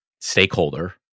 stakeholder